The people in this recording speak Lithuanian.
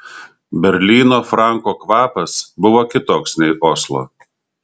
berlyno franko kvapas buvo kitoks nei oslo